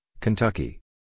Kentucky